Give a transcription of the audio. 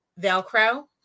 Velcro